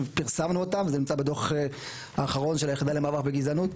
שפרסמנו אותם והם נמצאים בדוח האחרון של היחידה למאבק בגזענות,